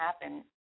happen